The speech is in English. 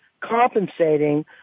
compensating